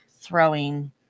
throwing